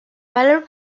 valor